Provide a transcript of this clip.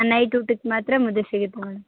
night ಊಟಕ್ಕೆ ಮಾತ್ರ ಮುದ್ದೆ ಸಿಗುತ್ತೆ ಮೇಡಮ್